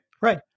Right